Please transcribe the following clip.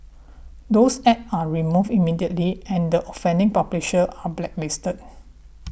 those ads are removed immediately and the offending publishers are blacklisted